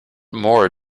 more